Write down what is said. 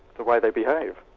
the way they behave.